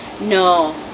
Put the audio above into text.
No